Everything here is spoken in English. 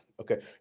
okay